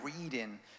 reading